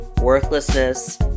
worthlessness